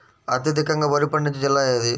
అత్యధికంగా వరి పండించే జిల్లా ఏది?